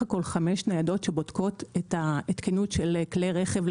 הכול חמש ניידות שבודקות תקינות כלי רכב,